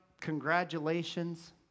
congratulations